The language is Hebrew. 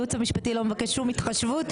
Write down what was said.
הייעוץ המשפטי לא מבקש שום התחשבות.